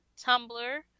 Tumblr